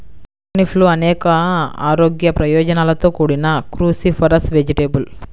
టర్నిప్లు అనేక ఆరోగ్య ప్రయోజనాలతో కూడిన క్రూసిఫరస్ వెజిటేబుల్